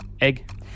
Egg